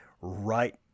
right